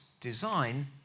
design